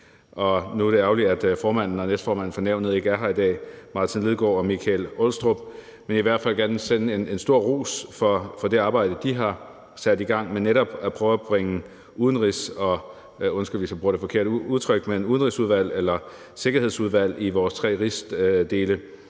Nu er det ærgerligt, at formanden og næstformanden for Nævnet ikke er her i dag – Martin Lidegaard og Michael Aastrup Jensen. Men jeg vil i hvert fald gerne sende en stor ros for det arbejde, de har sat i gang med netop at prøve at bringe udenrigsudvalg – undskyld, hvis jeg bruger det forkerte udtryk – eller sikkerhedsudvalg i vores tre rigsdele